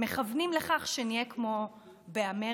מכוונים לכך שנהיה כמו באמריקה,